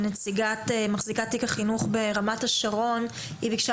מחזיקת תיק החינוך ברמת השרון שביקשה